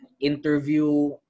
interview